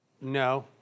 No